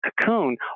cocoon